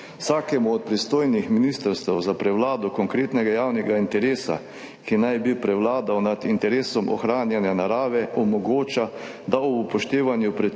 Vsakemu od pristojnih ministrstev za prevlado konkretnega javnega interesa, ki naj bi prevladal nad interesom ohranjanja narave, omogoča, da ob upoštevanju